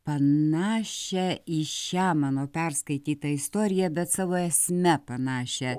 panašią į šią mano perskaitytą istoriją bet savo esme panašią